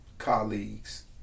colleagues